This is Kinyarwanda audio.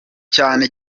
cyane